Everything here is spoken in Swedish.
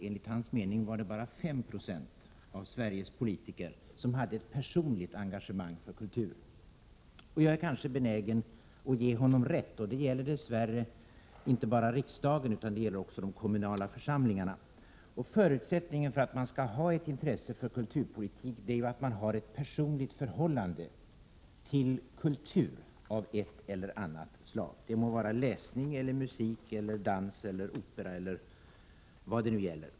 Enligt hans mening var det bara 5 90 av Sveriges politiker som hade ett personligt engagemang för kulturen. Jag är kanske benägen att ge honom rätt. Det gäller dess värre inte bara riksdagen utan också de kommunala församlingarna. Förutsättningen för att man skall ha ett intresse för kulturpolitik är ju att man har ett personligt förhållande till kultur av ett eller annat slag — det må vara litteratur, musik, dans eller opera eller något annat.